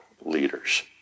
leaders